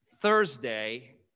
Thursday